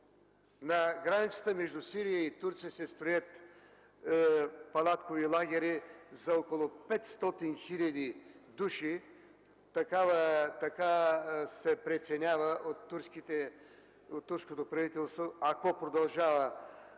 На границата между Сирия и Турция се строят палаткови лагери за около 500 хиляди души – така преценява турското правителство, ако продължава